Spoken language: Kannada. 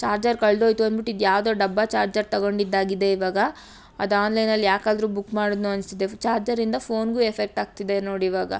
ಚಾರ್ಜರ್ ಕಳೇದ್ಹೋಯ್ತು ಅನ್ಬುಟ್ಟು ಇದು ಯಾವ್ದೊ ಡಬ್ಬ ಚಾರ್ಜರ್ ತಗೊಂಡಿದ್ದಾಗಿದೆ ಇವಾಗ ಅದು ಆನ್ಲೈನಲ್ಲಿ ಯಾಕಾದರೂ ಬುಕ್ ಮಾಡಿದ್ನೋ ಅನಿಸ್ತಿದೆ ಚಾರ್ಜರಿಂದ ಫೋನಿಗೂ ಎಫೆಕ್ಟ್ ಆಗ್ತಿದೆ ನೋಡು ಇವಾಗ